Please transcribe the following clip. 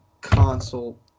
console